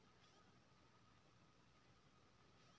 लोबियाक तरकारी गैस बनाबै छै